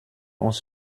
uns